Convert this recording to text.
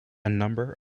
number